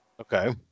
Okay